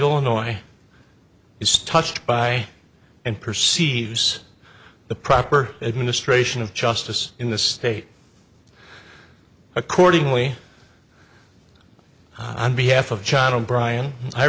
illinois is touched by and perceives the proper administration of justice in this state accordingly on behalf of john and brian i